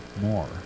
more